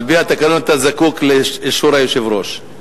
על-פי התקנון אתה זקוק לאישור היושב-ראש.